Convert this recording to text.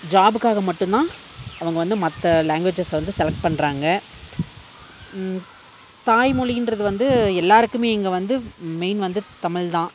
ஜாபுக்காக மட்டுந்தான் அவங்க வந்து மற்ற லாங்குவேஜஸ் வந்து செலக்ட் பண்ணுறாங்க தாய்மொழின்றது வந்து எல்லாருக்குமே இங்கே வந்து மெயின் வந்து தமிழ் தான்